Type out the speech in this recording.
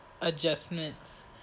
adjustments